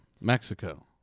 Mexico